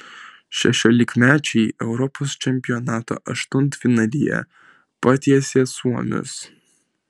šešiolikmečiai europos čempionato aštuntfinalyje patiesė suomius